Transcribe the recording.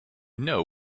know